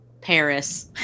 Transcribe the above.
Paris